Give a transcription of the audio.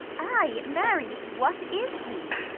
ay, marry, what is he?